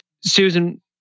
Susan